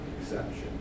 exception